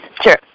Sure